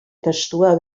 testua